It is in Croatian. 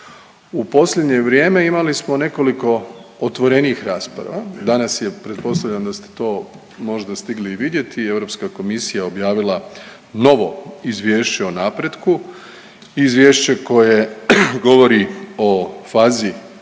U posljednje vrijeme imali smo nekoliko otvorenijih rasprava, danas je, pretpostavljam da ste to možda stigli i vidjeti, Europska komisija objavila novo izvješće o napretku, izvješće koje govori o fazi